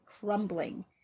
crumbling